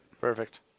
Perfect